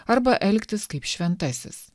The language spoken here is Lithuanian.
arba elgtis kaip šventasis